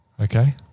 Okay